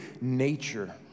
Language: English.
nature